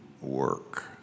work